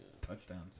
touchdowns